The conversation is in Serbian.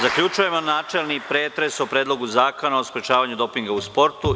Zaključujem načelni pretres o Predlogu zakona o sprečavanju dopinga u sportu.